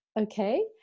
okay